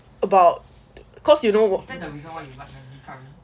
about cause you know